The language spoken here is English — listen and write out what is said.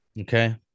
okay